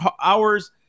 hours